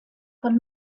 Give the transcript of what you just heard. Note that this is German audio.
von